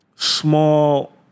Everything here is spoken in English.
Small